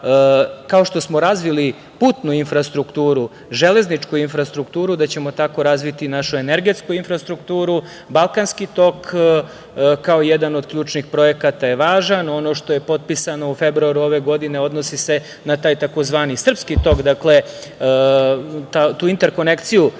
kao što smo razvili putnu infrastrukturu, železničku infrastrukturu, da ćemo tako razviti našu energetsku infrastrukturu.„Balkanski tok“ kao jedan od ključnih projekata je važan. Ono što je potpisano u februaru ove godine, a odnosi se na taj tzv. „Srpski tok“, dakle, tu interkonekciju